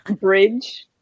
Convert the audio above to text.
bridge